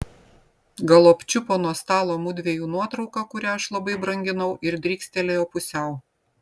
galop čiupo nuo stalo mudviejų nuotrauką kurią aš labai branginau ir drykstelėjo pusiau